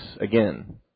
again